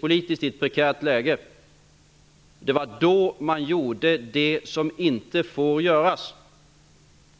befann sig i ett prekärt läge. Det var då man gjorde det som inte får göras.